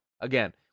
Again